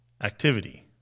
activity